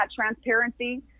transparency